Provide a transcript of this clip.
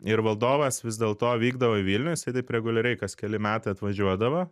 ir valdovas vis dėlto vykdavo į vilnių jisai taip reguliariai kas keli metai atvažiuodavo